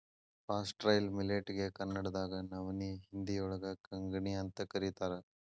foxtail millet ಗೆ ಕನ್ನಡದಾಗ ನವನಿ, ಹಿಂದಿಯೋಳಗ ಕಂಗ್ನಿಅಂತ ಕರೇತಾರ